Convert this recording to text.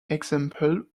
example